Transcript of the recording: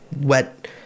wet